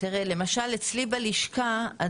אצלי בלשכה,